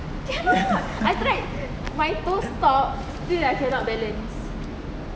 cannot I try my toe stop still I cannot balance